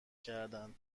کردن